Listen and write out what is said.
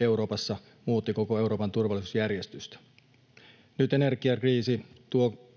Euroopassa muutti koko Euroopan turvallisuusjärjestystä. Nyt energiakriisi tuo